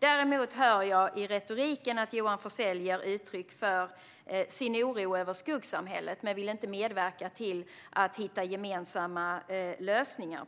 Däremot hör jag i retoriken att Johan Forssell ger uttryck för sin oro över skuggsamhället, men han vill inte medverka till att hitta gemensamma lösningar.